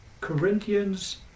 Corinthians